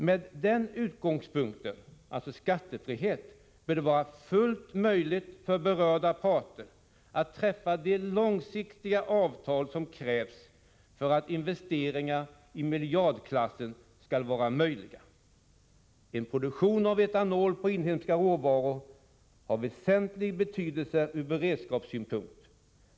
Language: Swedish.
Med den utgångspunkten — alltså skattefrihet — bör det vara fullt möjligt för berörda parter att träffa de långsiktiga avtal som krävs för att investeringar i miljardklassen skall vara möjliga. En produktion av etanol på inhemska råvaror har väsentlig betydelse ur beredskapssynpunkt.